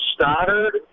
Stoddard